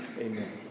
Amen